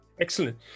Excellent